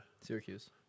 Syracuse